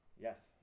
Yes